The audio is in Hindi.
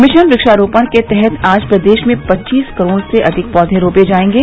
मिशन वक्षारोपण के तहत आज प्रदेश में पच्चीस करोड़ से अधिक पौधे रोपे जाएंगे